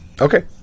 Okay